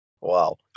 Wow